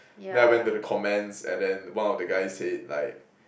then I went to the comments and then one of the guy said like